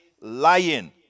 lying